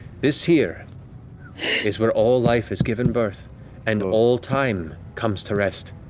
this here is where all life is given birth and all time comes to rest.